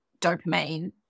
dopamine